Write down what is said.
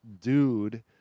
dude